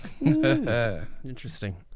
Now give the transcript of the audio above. Interesting